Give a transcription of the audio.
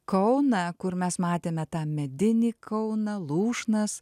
kauną kur mes matėme tą medinį kauną lūšnas